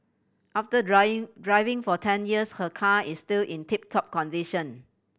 after driving for ten years her car is still in tip top condition